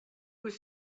was